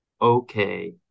okay